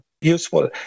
useful